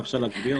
אפשר להגביר?